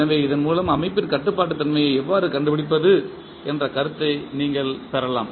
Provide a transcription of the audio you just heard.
எனவே இதன் மூலம் அமைப்பின் கட்டுப்பாட்டு தன்மையை எவ்வாறு கண்டுபிடிப்பது என்ற கருத்தை நீங்கள் பெறலாம்